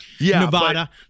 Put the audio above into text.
Nevada